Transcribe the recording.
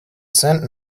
sand